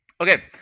Okay